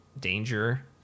danger